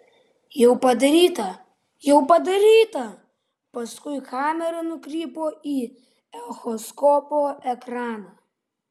jau padaryta jau padaryta paskui kamera nukrypo į echoskopo ekraną